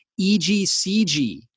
EGCG